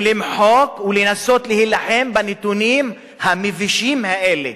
ולמחוק, ולנסות להילחם בנתונים המבישים האלה.